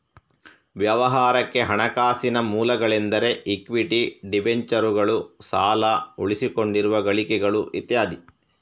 ವ್ಯವಹಾರಕ್ಕೆ ಹಣಕಾಸಿನ ಮೂಲಗಳೆಂದರೆ ಇಕ್ವಿಟಿ, ಡಿಬೆಂಚರುಗಳು, ಸಾಲ, ಉಳಿಸಿಕೊಂಡಿರುವ ಗಳಿಕೆಗಳು ಇತ್ಯಾದಿ